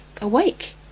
awake